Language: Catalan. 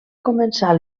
començar